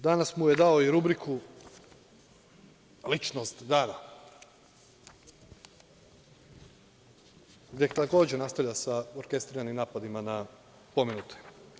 Danas“ mu je dao i rubriku – ličnost dana, gde takođe nastavlja sa orkestriranim napadima na pomenute.